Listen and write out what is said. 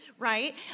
Right